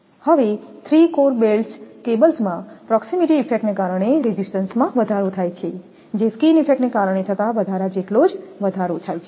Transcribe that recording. હવે three core belted cables માંપ્રોકસીમીટી ઇફેક્ટને કારણે રેઝિસ્ટન્સ માં વધારો થાય છે જે સ્કીન ઇફેક્ટ ને કારણે થતા વધારા જેટલો જ વધારો થાય છે